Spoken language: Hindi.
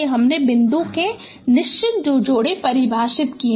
हमने बिंदु के निश्चित जोड़े परिभाषित किये हैं